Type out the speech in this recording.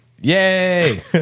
Yay